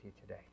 today